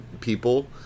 people